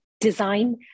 design